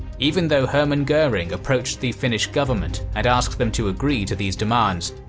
even though hermann goring approached the finnish government and asked them to agree to these demands,